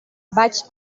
vaig